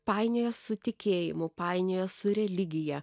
painioja su tikėjimu painioja su religija